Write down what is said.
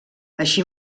així